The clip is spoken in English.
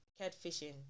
catfishing